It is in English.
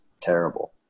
terrible